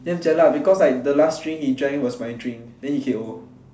damn jialat because like the last drink he drank was my drink then he K_O